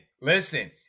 listen